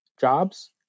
jobs